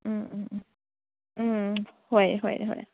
ꯎꯝ ꯎꯝ ꯎꯝ ꯎꯝ ꯍꯣꯏ ꯍꯣꯏ ꯍꯣꯏ